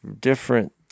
different